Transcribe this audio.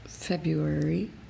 February